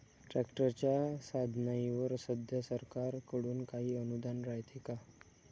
ट्रॅक्टरच्या साधनाईवर सध्या सरकार कडून काही अनुदान रायते का?